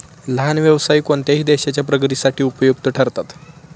लहान व्यवसाय कोणत्याही देशाच्या प्रगतीसाठी उपयुक्त ठरतात